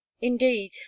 indeed